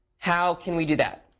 how can we do that?